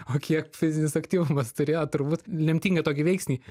o kiek fizinis aktyvumas turėjo turbūt lemtingą tokį veiksnį